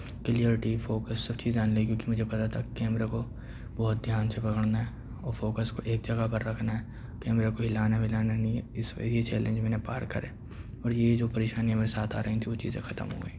clarity focus سب چیزیں آنے لگی کہ مجھے پتا تھا کیمرا کو بہت دھیان سے پکڑنا ہے اور فوکس کو ایک جگہ پر رکھنا ہے کیمرے کو ہلانا ولانا نہیں ہے اِس پہ یہ چیلنج میں نے پار کرے اور یہ جو پریشانیاں میرے ساتھ آ رہی تھیں وہ چیزیں ختم ہوئیں